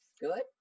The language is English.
Good